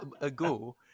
ago